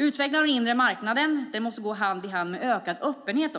Utvecklingen av den inre marknaden måste också gå hand i hand med ökad öppenhet